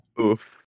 Oof